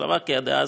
צ'כוסלובקיה דאז,